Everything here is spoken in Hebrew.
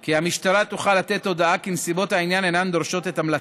כי המשטרה תוכל לתת הודעה שנסיבות העניין אינן דורשות את המלצתה.